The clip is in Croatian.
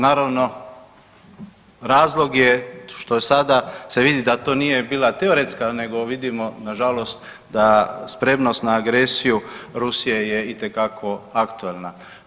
Naravno razloga je što sada se vidi da to nije bila teoretska nego vidimo nažalost da spremnost na agresiju Rusije je itekako aktualna.